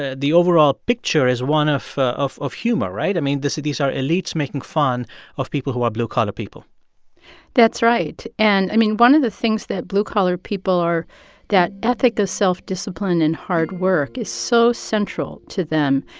ah the overall picture is one of of humor, right? i mean, this is these are elites making fun of people who are blue-collar people that's right. and i mean, one of the things that blue-collar people are that ethic of self-discipline and hard work is so central to them.